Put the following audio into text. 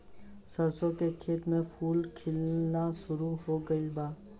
सरसों के खेत में फूल खिलना शुरू हो गइल बा